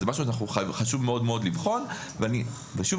וזה משהו שחשוב מאוד לבחון,